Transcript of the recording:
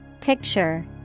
Picture